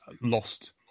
lost